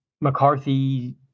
McCarthy